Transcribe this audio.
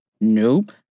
Nope